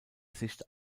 sicht